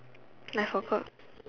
I forgot